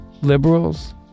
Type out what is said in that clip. Liberals